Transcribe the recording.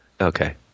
okay